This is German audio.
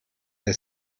der